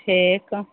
ठीक